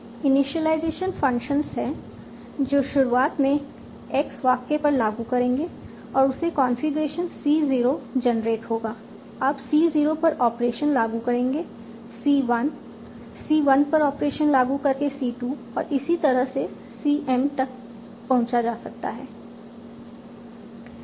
initialization function है जो शुरुआत में एक्स वाक्य पर लागू करेंगे और उससे कॉन्फ़िगरेशन सी0 जनरेट होगा अब सी0 पर ऑपरेशन लागू करके c1 c1 पर ऑपरेशन लागू करके c2 और इसी तरह से सीएम तक पहुंचा जा सकता है